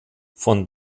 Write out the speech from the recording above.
von